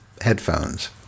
headphones